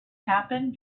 happened